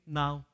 now